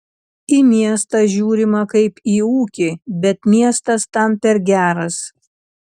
į miestą žiūrima kaip į ūkį bet miestas tam per geras